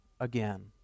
again